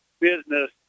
business